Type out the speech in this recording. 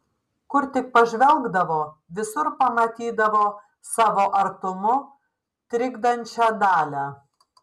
kur tik pažvelgdavo visur pamatydavo savo artumu trikdančią dalią